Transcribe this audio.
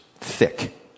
thick